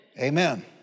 Amen